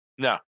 No